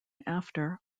after